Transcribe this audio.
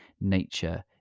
nature